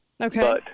Okay